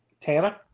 Tana